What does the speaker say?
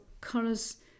colors